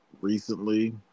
recently